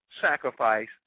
sacrifice